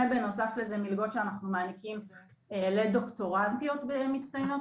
בנוסף לזה גם מלגות שאנחנו מעניקים לדוקטורנטיות ולמצטיינות